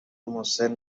مسن